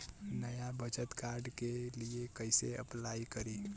नया बचत कार्ड के लिए कइसे अपलाई करी?